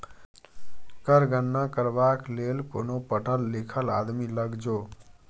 कर गणना करबाक लेल कोनो पढ़ल लिखल आदमी लग जो